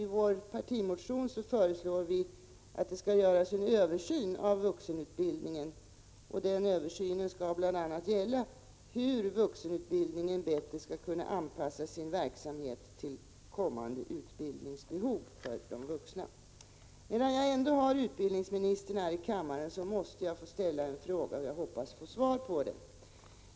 I vår partimotion föreslår vi att det skall göras en översyn av vuxenutbildningen, och denna skall bl.a. gälla hur vuxenutbildningen bättre skall kunna anpassa sin verksamhet till kommande utbildningsbehov bland vuxna. Medan jag ändå har utbildningsministern här i kammaren, måste jag få ställa en fråga, och jag hoppas få svar på den.